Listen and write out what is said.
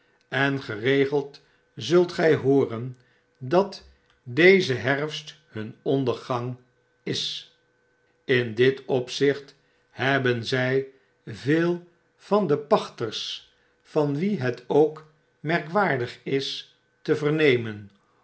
en geregeld zult gj hooren dat deze herfst hun ondergang is in dit opzicht hebben zy veel van de pachters van wie het ook merkwaardig is te vernemen